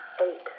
Eight